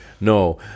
no